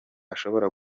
ashobora